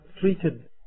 treated